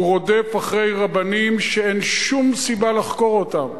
הוא רודף אחרי רבנים שאין שום סיבה לחקור אותם,